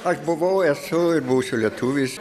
aš buvau esu ir būsiu lietuvis